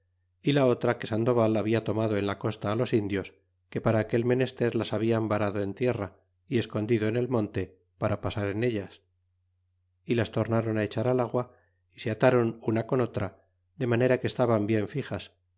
y la otra que sandoval habla tomado en la costa á los indios que para aquel menester las hablan varado en tierra y escondido en el monte para pasar en ellas y las tornáron á echar al agua y se atáron una con otra de manera que estaban bien fixas